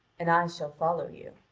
and i shall follow you.